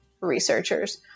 researchers